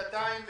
שנתיים.